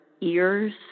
ears